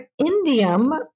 indium